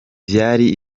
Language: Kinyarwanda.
vyari